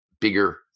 bigger